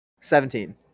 Seventeen